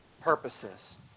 purposes